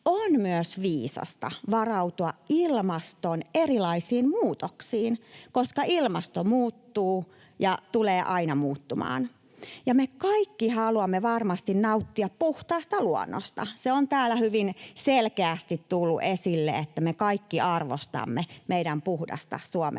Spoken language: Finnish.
On myös viisasta varautua ilmaston erilaisiin muutoksiin, koska ilmasto muuttuu ja tulee aina muuttumaan. Ja me kaikki haluamme varmasti nauttia puhtaasta luonnosta. Se on täällä hyvin selkeästi tullut esille, että me kaikki arvostamme meidän puhdasta Suomen luontoa,